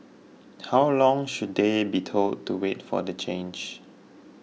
how long should they be told to wait for the change